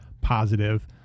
positive